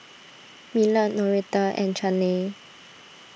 Millard Noretta and Chaney